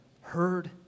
heard